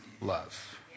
love